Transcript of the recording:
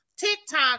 TikTok